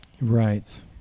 Right